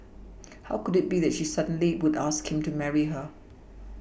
how could it be that she suddenly would ask him to marry her